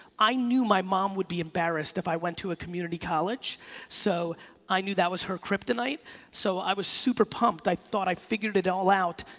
i knew my mom would be embarrassed if i went to a community college so i knew that was her kryptonite so i was super pumped, i thought i figured it all out.